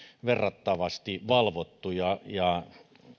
verrattavasti valvottu ja ja